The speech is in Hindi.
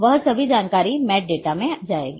वह सभी जानकारी MET डेटा में जाएगी